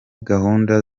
gahunda